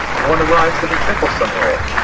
and one arrives at a trickle somewhere,